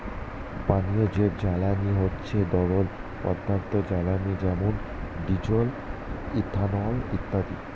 পানীয় জৈব জ্বালানি হচ্ছে তরল পদার্থ জ্বালানি যেমন ডিজেল, ইথানল ইত্যাদি